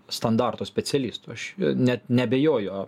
standarto specialistu aš net neabejoju